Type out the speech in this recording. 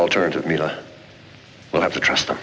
alternative media we'll have to trust them